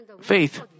faith